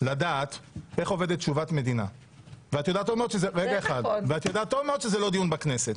לדעת איך עובדת תשובת מדינה ואת יודעת טוב מאוד שזה לא דיון בכנסת.